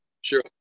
sure